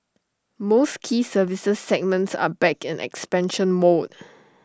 most key services segments are back in expansion mode